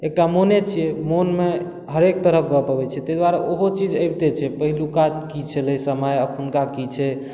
एकटा मोने छियै मोनमे हरेक तरहक गप अबै छै तै दुआरे ओहो चीज आबिते छै पहिलुका की छलै समय अखुनका की छै